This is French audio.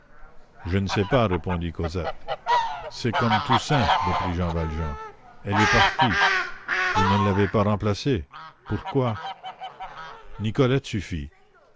je ne sais pas répondit cosette c'est comme toussaint reprit jean valjean elle est partie vous ne l'avez pas remplacée pourquoi nicolette suffit